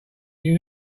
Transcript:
you